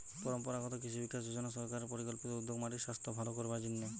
পরম্পরাগত কৃষি বিকাশ যজনা সরকারের পরিকল্পিত উদ্যোগ মাটির সাস্থ ভালো করবার জন্যে